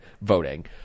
voting